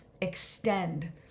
extend